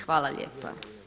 Hvala lijepa.